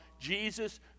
Jesus